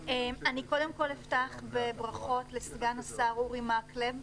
קודם כל אני אפתח בברכות לסגן השר, אורי מקלב.